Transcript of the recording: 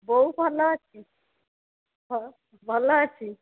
ବୋଉ ଭଲ ଅଛି ହଁ ଭଲ ଅଛି